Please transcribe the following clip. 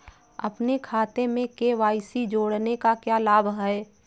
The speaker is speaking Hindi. अपने खाते में के.वाई.सी जोड़ने का क्या लाभ है?